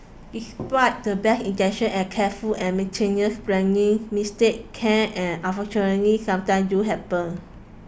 despite the best intentions and careful and planning mistakes can and unfortunately sometimes do happen